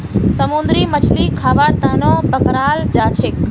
समुंदरी मछलीक खाबार तनौ पकड़ाल जाछेक